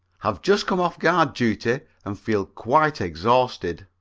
have just come off guard duty and feel quite exhausted.